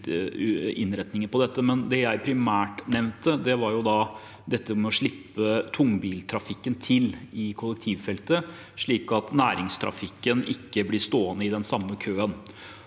innretninger på dette. Men det jeg primært nevnte, var å slippe tungbiltrafikken til i kollektivfeltet, slik at næringstrafikken ikke blir stående i den samme køen.